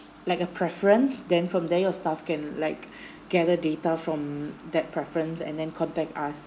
like a preference then from there your staff can like gather data from that preference and then contact us